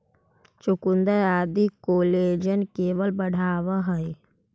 चुकुन्दर आदि collagen level बढ़ावऽ हई